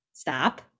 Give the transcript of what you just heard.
stop